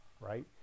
right